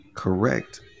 Correct